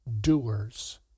doers